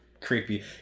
creepy